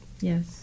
Yes